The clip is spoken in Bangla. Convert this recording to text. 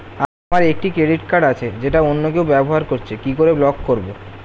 আমার একটি ক্রেডিট কার্ড আছে যেটা অন্য কেউ ব্যবহার করছে কি করে ব্লক করবো?